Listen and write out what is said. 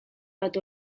bat